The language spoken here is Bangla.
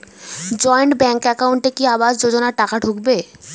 জয়েন্ট ব্যাংক একাউন্টে কি আবাস যোজনা টাকা ঢুকবে?